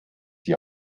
die